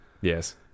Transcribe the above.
Yes